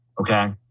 okay